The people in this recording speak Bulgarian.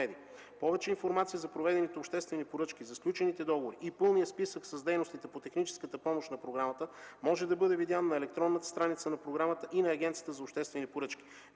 Повече информация за проведените обществени поръчки, за сключените договори и пълният списък с дейностите по техническата помощ на програмата, може да бъде видяно на електронната страница на програмата и на Агенцията за обществени поръчки.